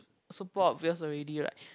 super obvious already right